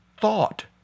thought